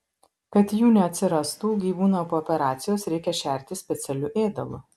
kad jų neatsirastų gyvūną po operacijos reikia šerti specialiu ėdalu